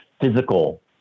physical